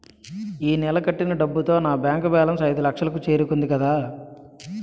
ఈ నెల కట్టిన డబ్బుతో నా బ్యాంకు బేలన్స్ ఐదులక్షలు కు చేరుకుంది కదా